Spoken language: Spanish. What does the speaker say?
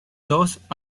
dos